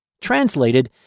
Translated